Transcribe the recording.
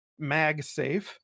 MagSafe